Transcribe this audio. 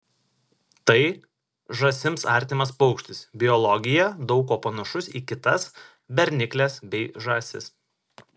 tai žąsims artimas paukštis biologija daug kuo panašus į kitas bernikles bei žąsis